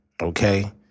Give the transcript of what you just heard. Okay